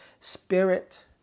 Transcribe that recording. Spirit